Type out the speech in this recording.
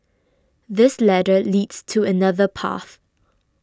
this ladder leads to another path